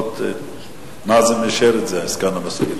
סגן המזכיר,